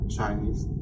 Chinese